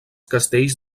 castells